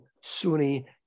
Sunni